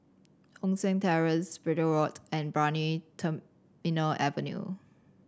Hong San Terrace Bideford Road and Brani Terminal Avenue